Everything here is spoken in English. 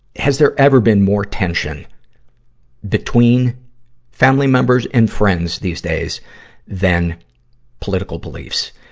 has there ever been more tension between family members and friends these days than political beliefs?